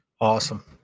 awesome